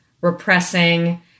repressing